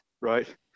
right